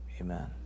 Amen